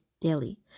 daily